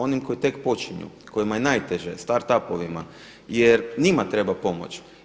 Onim koji tek počinju, kojima je najteže start up-ovima jer njima treba pomoć.